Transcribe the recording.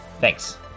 Thanks